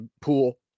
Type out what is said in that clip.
pool